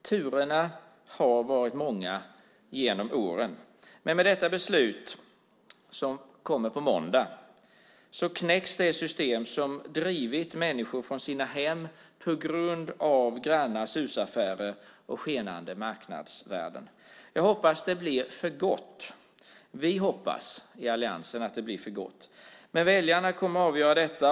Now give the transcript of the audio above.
Turerna har varit många genom åren, men med detta beslut, som kommer på måndag, knäcks det system som har drivit människor från deras hem på grund av grannars husaffärer och skenande marknadsvärden. Jag hoppas att det blir för gott. Vi i alliansen hoppas att det blir för gott. Väljarna kommer att avgöra detta.